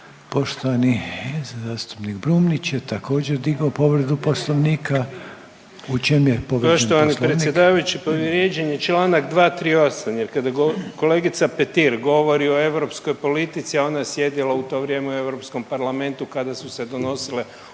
Poštovani zastupnik Brumnić je također digo povredu poslovnika. U čemu je povrijeđen poslovnik?